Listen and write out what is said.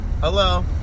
Hello